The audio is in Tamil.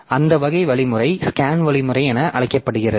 எனவே அந்த வகை வழிமுறை SCAN வழிமுறை என அழைக்கப்படுகிறது